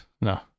No